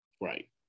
Right